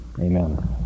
amen